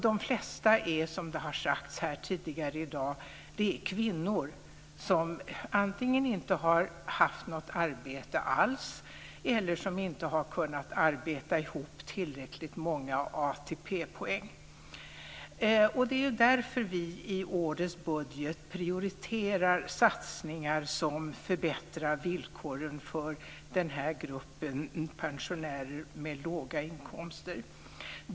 De flesta är, som har sagts här tidigare i dag, kvinnor som antingen inte har haft något arbete alls eller som inte har kunnat arbeta ihop tillräckligt många ATP-poäng. Det är därför som vi i årets budget prioriterar satsningar som förbättrar villkoren för gruppen pensionärer med låga inkomster.